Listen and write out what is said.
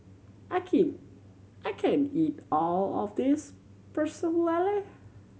I can't I can't eat all of this Pecel Lele